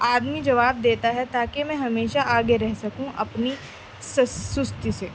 آدمی جواب دیتا ہے تاکہ میں ہمیشہ آگے رہ سکوں اپنی سستی سے